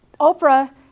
Oprah